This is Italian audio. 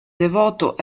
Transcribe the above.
devoto